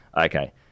Okay